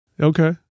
Okay